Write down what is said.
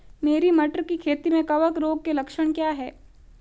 मेरी मटर की खेती में कवक रोग के लक्षण क्या हैं?